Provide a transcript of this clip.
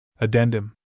Addendum